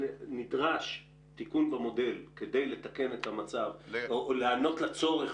נדרש תיקון במודל כדי לתקן את המצב או להיענות לצורך